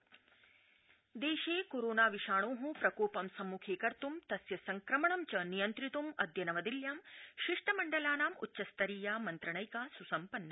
corona देशे corona विषाणो प्रकोपं सम्मुखीकत्तं तस्य संक्रमणं च नियन्त्रितं अद्य नवदिल्यां शिष्टमण्डलानां उच्चस्तरीया मन्त्रणैका सुसम्पन्ना